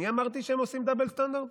אני אמרתי שהם עושים דאבל סטנדרט?